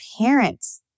parents